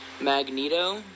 magneto